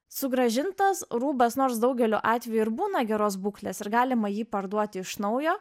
sugrąžintas rūbas nors daugeliu atvejų ir būna geros būklės ir galima jį parduoti iš naujo